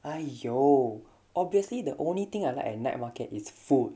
!aiyo! obviously the only thing I like at night market is food